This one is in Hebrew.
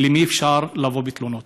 למי אפשר לבוא בתלונות?